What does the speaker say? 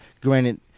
Granted